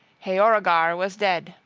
heorogar was dead,